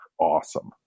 awesome